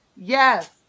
yes